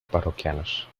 parroquianos